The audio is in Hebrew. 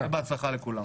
שיהיה בהצלחה לכולם.